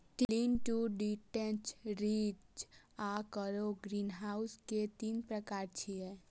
lean to detached, ridge आ furrow greenhouse के तीन प्रकार छियै